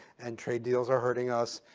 and trade deals are hurting us.